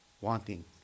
wanting